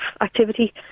activity